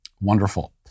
Wonderful